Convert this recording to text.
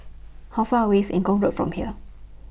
How Far away IS Eng Kong Road from here